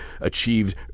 achieved